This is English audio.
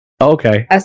Okay